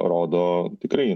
rodo tikrai